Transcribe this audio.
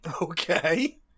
Okay